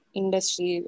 industry